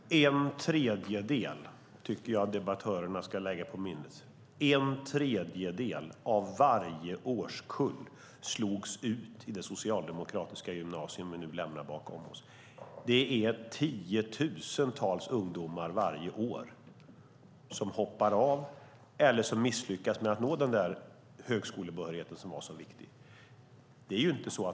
Fru talman! En tredjedel - det tycker jag att debattörerna ska lägga på minnet. En tredjedel av varje årskull slogs ut i det socialdemokratiska gymnasium vi nu lämnar bakom oss. Det är tiotusentals ungdomar varje år som hoppar av eller som misslyckas med att nå den där högskolebehörigheten som var så viktig.